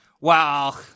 Wow